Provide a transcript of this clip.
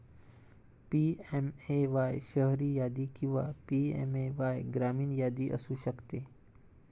PMAY शहरी यादी किंवा पी.एम.ए.वाय ग्रामीण यादी असू शकते